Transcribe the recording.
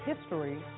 history